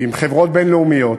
עם חברות בין-לאומיות,